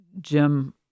Jim